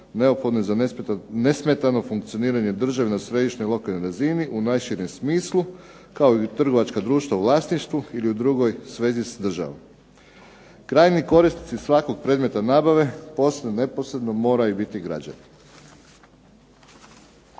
neophodne za nesmetano funkcioniranje države na središnjoj i lokalnoj razini u najširem smislu kao i trgovačka društva u vlasništvu ili u drugoj svezi s državom. Krajnji korisnici svakog predmeta nabave posredno i neposredno moraju biti građani."